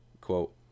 Quote